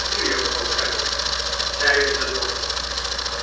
nu juffrouw drabble zeide de dokter